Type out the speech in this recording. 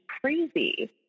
crazy